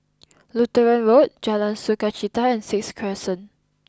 Lutheran Road Jalan Sukachita and Sixth Crescent